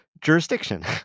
jurisdiction